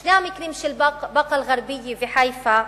שני המקרים, של באקה-אל-ע'רביה וחיפה,